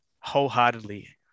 wholeheartedly